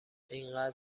انقد